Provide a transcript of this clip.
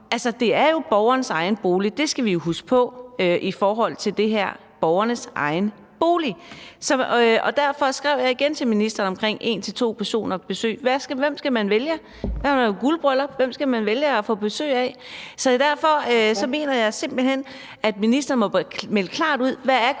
det jo altså borgernes egen boliger – det skal vi huske på i forhold til det her – det er borgerens egen bolig. Derfor skrev jeg igen til ministeren omkring det her med en til to personer på besøg: Hvem skal man vælge? Hvis man har guldbryllup, hvem skal man så vælge at få besøg af? Og derfor mener jeg simpelt hen, at ministeren må melde klart ud om, hvad